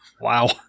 Wow